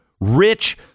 rich